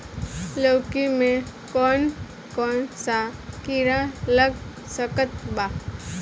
लौकी मे कौन कौन सा कीड़ा लग सकता बा?